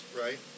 right